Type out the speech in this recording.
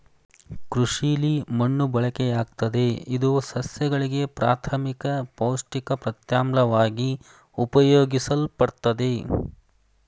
ಕೃಷಿಲಿ ಮಣ್ಣು ಬಳಕೆಯಾಗ್ತದೆ ಇದು ಸಸ್ಯಗಳಿಗೆ ಪ್ರಾಥಮಿಕ ಪೌಷ್ಟಿಕ ಪ್ರತ್ಯಾಮ್ಲವಾಗಿ ಉಪಯೋಗಿಸಲ್ಪಡ್ತದೆ